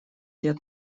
лет